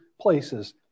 places